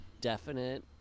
definite